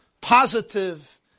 positive